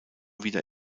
wieder